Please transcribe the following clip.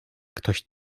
ktoś